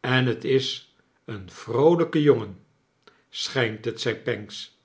en t is een vroolijke jongen r schijnt het zei pancks